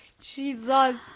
jesus